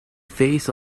phase